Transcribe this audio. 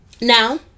now